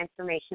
transformational